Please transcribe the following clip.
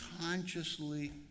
consciously